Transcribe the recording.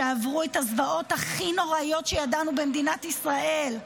שעברו את הזוועות הכי נוראיות שעברנו במדינת ישראל,